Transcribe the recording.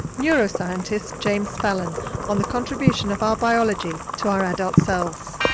neuroscientist james fallon on the contribution of our biology to our adult selves.